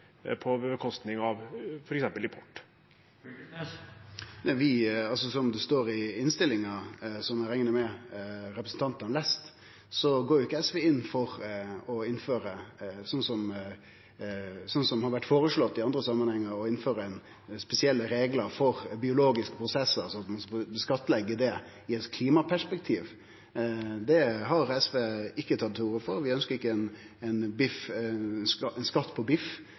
på bekostning av f.eks. import? Som det står i innstillinga, som eg reknar med at representanten har lese, går ikkje SV inn for å innføre spesielle reglar for biologiske prosessar, altså å skattleggje det i eit klimaperspektiv – som har blitt føreslått i andre samanhengar. Det har SV ikkje tatt til orde for, vi ønskjer ikkje skatt på biff,